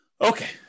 Okay